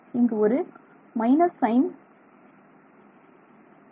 இங்கு ஒரு minus sign உள்ளது